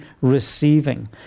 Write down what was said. receiving